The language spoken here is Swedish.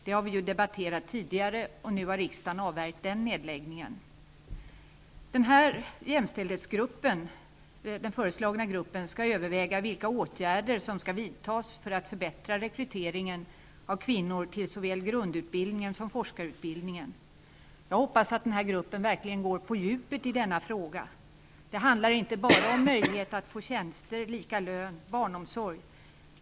Den frågan har vi debatterat, och nu har riksdagen avvärjt den nedläggningen. Den föreslagna jämställdhetsgruppen skall överväga vilka åtgärder som skall vidtas för att förbättra rekryteringen av kvinnor till såväl grundutbildningen som forskarutbildningen. Jag hoppas att gruppen verkligen går på djupet i denna fråga. Det handlar inte bara om möjlighet att få en tjänst, lika lön och barnomsorg.